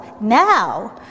now